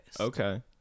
Okay